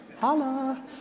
holla